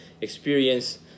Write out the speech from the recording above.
experience